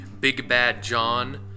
BigBadJohn